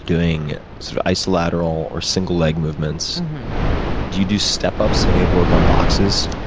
doing sort of isolateral, or single leg movements do you do step-ups, any work on boxes?